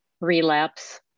relapse